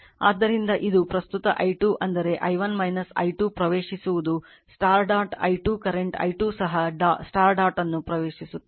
ಆದ್ದರಿಂದ ಇದು ಪ್ರಸ್ತುತ i2 ಅಂದರೆ i1 i 2 ಪ್ರವೇಶಿಸುವುದು ಡಾಟ್ i 2 ಕರೆಂಟ್ i 2 ಸಹ ಡಾಟ್ ಅನ್ನು ಪ್ರವೇಶಿಸುತ್ತದೆ